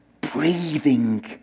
breathing